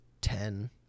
ten